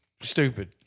Stupid